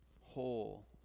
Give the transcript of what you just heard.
whole